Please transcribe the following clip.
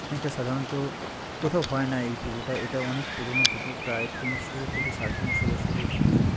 অনেকটা সাধারণত কোথাও হয় না এই পুজোটা এটা অনেক পুরোনো পুজো প্রায় তিনশো থেকে সাড়ে তিনশো বছরের পুজো